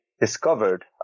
discovered